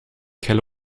kelle